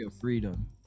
freedom